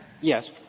Yes